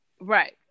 right